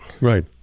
Right